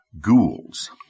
Ghouls